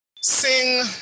sing